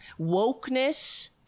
wokeness